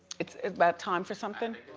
it's it's about time for something?